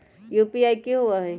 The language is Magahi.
यू.पी.आई कि होअ हई?